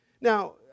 Now